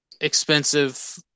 expensive